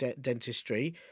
dentistry